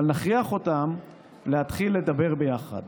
אבל נכריח אותם להתחיל לדבר יחד,